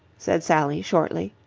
said sally, shortly.